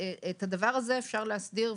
את הדבר הזה אפשר להסדיר,